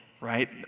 right